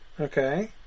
Okay